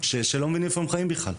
שאני לא מבין איפה הם חיים בכלל.